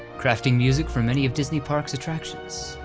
crafting music for many of disney park's attractions.